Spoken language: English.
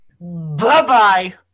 bye-bye